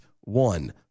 one